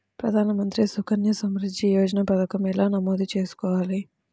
ప్రధాన మంత్రి సుకన్య సంవృద్ధి యోజన పథకం ఎలా నమోదు చేసుకోవాలీ?